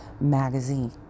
magazine